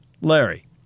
Larry